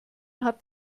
hat